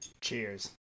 Cheers